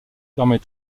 permet